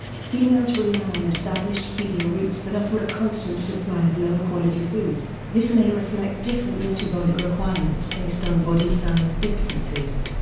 females rely on established feeding routes that offer a constant supply of lower quality food. this may reflect different metabolic requirements based on body size differences.